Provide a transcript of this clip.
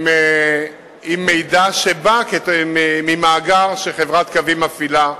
עם מידע שבא ממאגר שחברת "קווים" מפעילה.